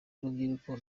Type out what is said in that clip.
urubyiruko